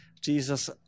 Jesus